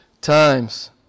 times